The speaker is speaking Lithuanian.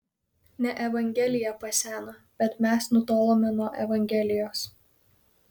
ne evangelija paseno bet mes nutolome nuo evangelijos